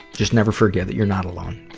just never forget that you're not alone.